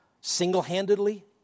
single-handedly